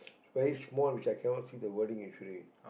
very small which I cannot see the wording actually